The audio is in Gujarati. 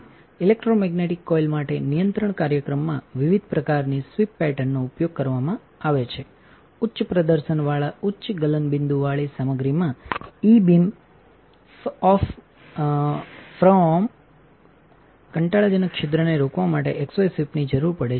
ઇલેક્ટ્રોમેગ્નેટિક કોઇલ માટે નિયંત્રણ કાર્યક્રમમાં વિવિધ પ્રકારની સ્વીપ પેટર્નનો ઉપયોગ કરવામાં આવે છે ઉચ્ચ પ્રદર્શનવાળા ઉચ્ચ ગલનબિંદુવાળી સામગ્રીમાંઇ બીમ ફ્રઓમ કંટાળાજનક છિદ્રનેરોકવા માટેXY સ્વીપનીજરૂર પડે છે